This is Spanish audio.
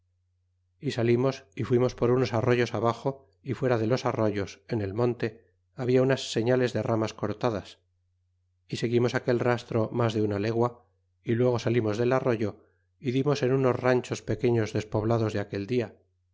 y salimos y fuimos por unos arroyos abaxo y fuera de los arroyos en el monte habla unas señales de ramas corladas y seguimos aquel rastro mas de una legua y luego salimos del arroyo y dimos en unos l'anchos pequeños despoblados de aquel din